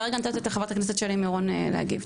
חברת הכנסת, שלי מירון, להגיב.